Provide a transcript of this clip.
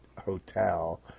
hotel